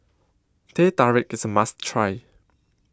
Teh Tarik IS A must Try